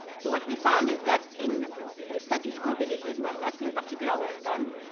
so what we found is that in the status quo villages where nothing particular was done,